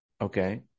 Okay